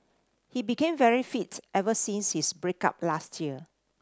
he became very fit ever since his break up last year